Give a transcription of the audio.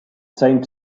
same